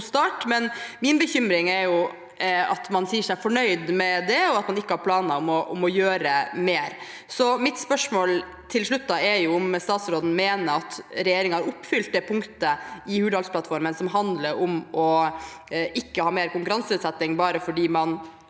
Men min bekymring er at man sier seg fornøyd med det, og at man ikke har planer om å gjøre mer. Mitt spørsmål til slutt er om statsråden mener at regjeringen har oppfylt det punktet i Hurdalsplattformen som handler om ikke å ha mer konkurranseutsetting bare fordi man